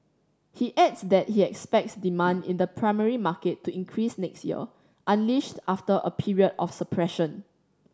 he adds that he expects demand in the primary market to increase next year unleashed after a period of suppression